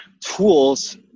tools